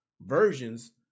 versions